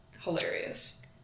hilarious